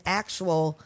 actual